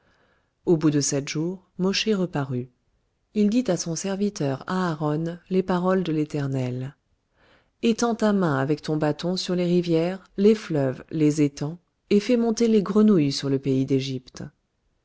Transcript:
au bout de sept jours mosché reparut il dit à son serviteur aharon les paroles de l'éternel étends ta main avec ton bâton sur les rivières les fleuves les étangs et fais monter les grenouilles sur le pays d'égypte